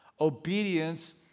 Obedience